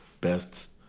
best